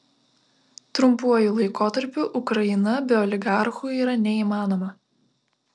trumpuoju laikotarpiu ukraina be oligarchų yra neįmanoma